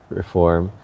reform